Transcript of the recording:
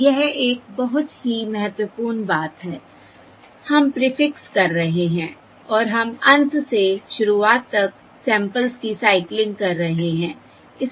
यह एक बहुत ही महत्वपूर्ण बात है हम प्रीफिक्स कर रहे हैं और हम अंत से शुरुआत तक सैंपल्स की साइकलिंग कर रहे हैं